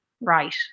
right